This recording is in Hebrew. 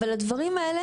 אבל הדברים האלה